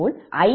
20 j0